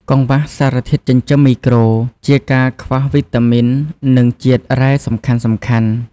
កង្វះសារធាតុចិញ្ចឹមមីក្រូ ជាការខ្វះវីតាមីន និងជាតិរ៉ែសំខាន់ៗ។